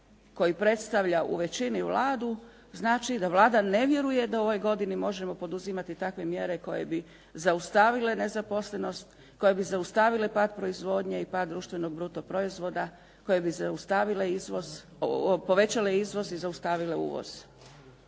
koji predstavlja u većini Vladu znači da Vlada ne vjeruje da u ovoj godini možemo poduzimati takve mjere koje bi zaustavile nezaposlenost, koje bi zaustavile pad proizvodnje i pad društvenog bruto proizvoda, koje bi povećale izvoz i zaustavile uvoz.